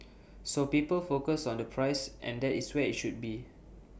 so people focus on the price and that is where IT should be